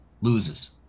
loses